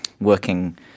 working